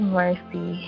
mercy